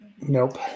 Nope